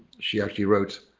she actually wrote